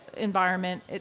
Environment